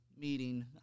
meeting